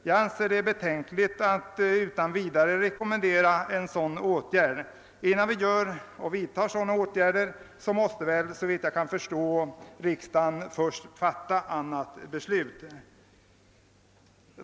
Jag anser det betänkligt att utan vidare rekommendera en åtgärd som innebär att vi går ifrån detta beslut. Innan vi gör det måste riksdagen fatta ett nytt beslut.